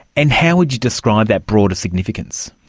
and how would you describe that broader significance?